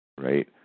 right